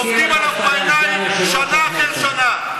עובדים עליו בעיניים שנה אחר שנה.